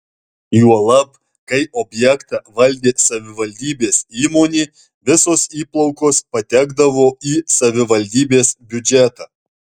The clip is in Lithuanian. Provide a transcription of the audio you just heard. juolab kai objektą valdė savivaldybės įmonė visos įplaukos patekdavo į savivaldybės biudžetą